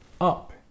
up